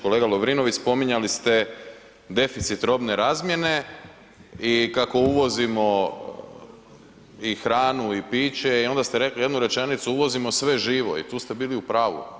Kolega Lovrinović, spominjali ste deficit robne razmjene i kako uvozimo i hranu i piće i onda ste rekli jednu rečenicu, uvozimo sve živo i tu ste bili u pravu.